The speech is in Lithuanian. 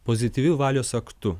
pozityviu valios aktu